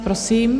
Prosím.